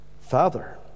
Father